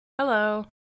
Hello